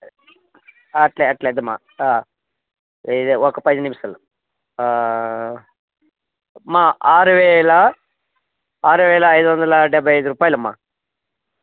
అట్లే అట్లే అదేమ్మా ఒక పదినిమిషాలు అమ్మా ఆరువేల ఆరువేల ఐదు వందల డెబ్బై ఐదు రూపాయలమ్మా